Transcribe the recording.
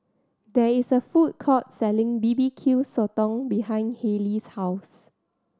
there is a food court selling B B Q Sotong behind Haylie's house